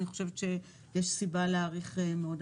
אני חושבת שיש סיבה להעריך מאוד.